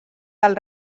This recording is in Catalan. del